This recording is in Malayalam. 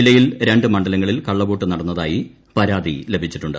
ജില്ലയിൽ രണ്ട് മണ്ഡലങ്ങളിൽ കള്ളവോട്ട് നടന്നതായി പരാതി ലഭിച്ചിട്ടുണ്ട്